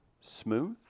smooth